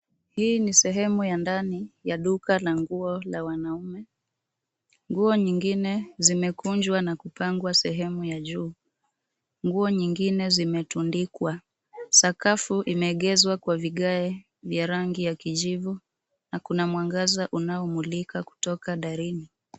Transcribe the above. Hii ni sehemu ya ndani ya duka la nguo la wanaume. Nguo nyingine zimekunjwa na kupangwa sehemu ya juu. Nguo nyingine zimetundikwa. Sakafu imeegeshwa kwa vigae vya kijivu na kuna mwangaza unaomulika kutoka darini.